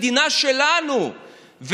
המדינה שלנו,